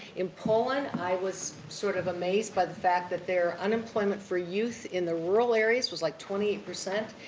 in poland, i was sort of amazed by the fact that their unemployment for youth in the rural areas was like twenty eight percent,